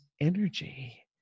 energy